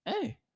hey